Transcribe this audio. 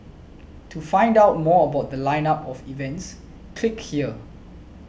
to find out more about The Line up of events click here